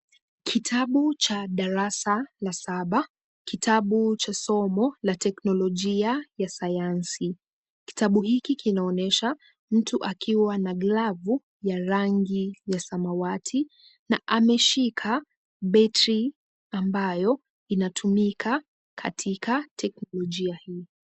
Kitabu cha darasa la saba kitabu cha somo la teknolojia ya sayansi. Kitabu hiki kinaonyesha mtu akiwa na glavu ya rangi ya samawati na ameshika battery ambayo inatumika katika teknolojia hii.